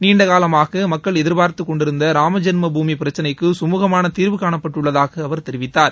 நீண்டகாலமாக மக்கள் எதிர்பார்த்துக் கொண்டிருந்த ராமஜென்ம பூமி பிரச்சினைக்கு சமூகமான தீர்வு காணப்பட்டுள்ளதாக அவர் தெரிவித்தார்